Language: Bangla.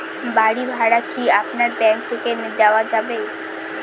বাড়ী ভাড়া কি আপনার ব্যাঙ্ক থেকে দেওয়া যাবে?